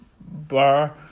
bar